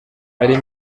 ari